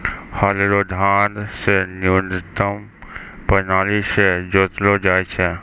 हल रो धार से न्यूतम प्राणाली से जोतलो जाय छै